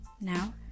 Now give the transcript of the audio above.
Now